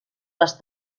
les